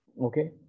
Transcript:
okay